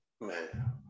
Man